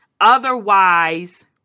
Otherwise